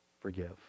forgive